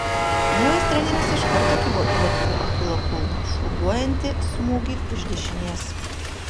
naujas treneris iš karto kibo į lietuvio achilo kulną šlubuojantį smūgį iš dešinės